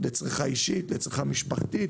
לצריכה אישית, לצריכה משפחתית.